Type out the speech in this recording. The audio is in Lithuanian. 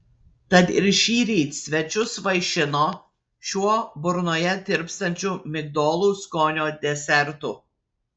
tad ir šįryt svečius vaišino šiuo burnoje tirpstančiu migdolų skonio desertu